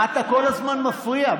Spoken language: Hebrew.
אתה כל הזמן מפריע.